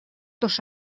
dos